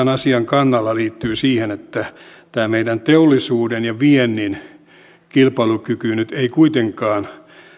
asian kannalla liittyy siihen että tämä meidän teollisuuden ja viennin kilpailukyky nyt ei kuitenkaan